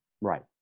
Right